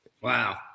Wow